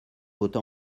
vota